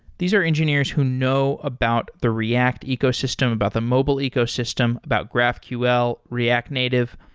these are engineers who know about the react ecosystem, about the mobile ecosystem, about graphql, react native.